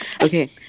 Okay